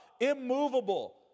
immovable